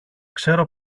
ξέρω